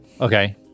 Okay